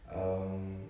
um